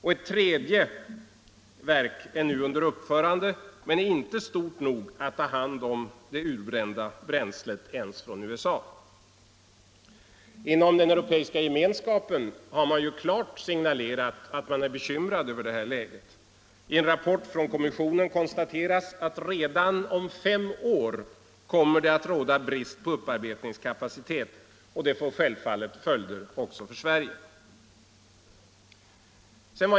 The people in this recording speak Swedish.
Det tredje verket är nu under uppförande men är inte stort nog att ta hand om det utbrända bränslet ens från USA. Inom den Europeiska gemenskapen har man ju klart signalerat att man är bekymrad över läget. I en rapport från kommissionen konstateras att redan om fem år kommer det att råda brist på upparbetningskapacitet. Det får självfallet följder också för Sverige.